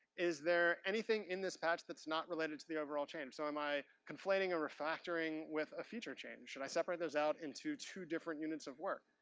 is there anything in this patch that's not related to the overall chain? so, am i conflating or refactoring with a future chain? should i separate those out into two different units of work?